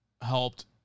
helped